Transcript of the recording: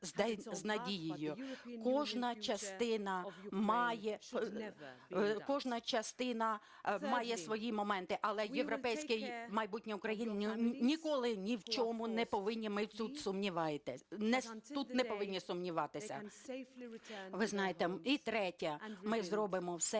Кожна частина має свої моменти, але європейське майбутнє України – ніколи ні в чому ми тут не повинні сумніватися. І третє, ми зробимо все